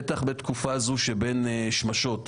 בטח בתקופה זו שבין שמשות,